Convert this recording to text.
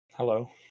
Hello